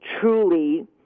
truly